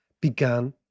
began